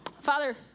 Father